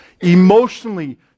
emotionally